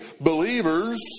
Believers